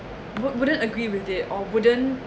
would~ wouldn't agree with it or wouldn't